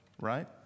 Right